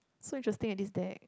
so interesting eh this deck